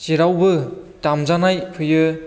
जेरावबो दामजानाय फैयो